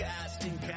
Casting